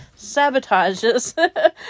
sabotages